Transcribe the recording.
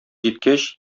җиткәч